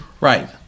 Right